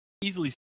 easily